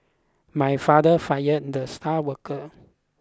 my father fired the star worker